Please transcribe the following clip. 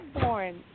born